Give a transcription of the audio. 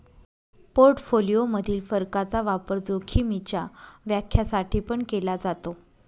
portfolio मधील फरकाचा वापर जोखीमीच्या व्याख्या साठी पण केला जातो